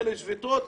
של שביתות,